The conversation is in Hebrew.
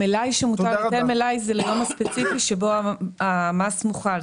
המלאי הוא ליום הספציפי שבו המס מוחל.